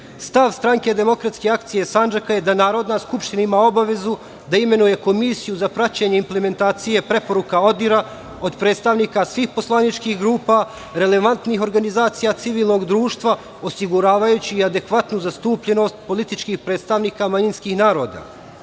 Stav Stranke demokratske akcije Sandžaka je da Narodna skupština ima obavezu da imenuje komisiju za praćenje implementacije preporuka ODIHR od predstavnika svih poslaničkih grupa, relevantnih organizacija civilnog društva, osiguravajući i adekvatnu zastupljenost političkih predstavnika manjinskih naroda. Naš